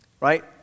Right